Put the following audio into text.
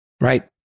right